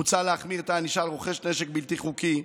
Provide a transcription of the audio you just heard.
מוצע להחמיר את הענישה על רוכש נשק בלתי חוקי.